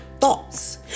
thoughts